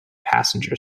passenger